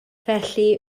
felly